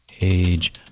age